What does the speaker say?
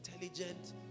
intelligent